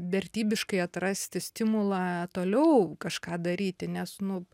vertybiškai atrasti stimulą toliau kažką daryti nes nu